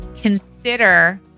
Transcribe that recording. Consider